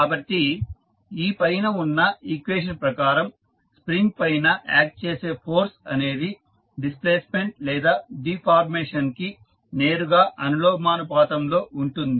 కాబట్టి ఈ పైన ఉన్న ఈక్వేషన్ ప్రకారం స్ప్రింగ్ పైన యాక్ట్ చేసే ఫోర్స్ అనేది డిస్ప్లేస్మెంట్ లేదా డిఫార్మేషన్ కి నేరుగా అనులోమానుపాతం లో ఉంటుంది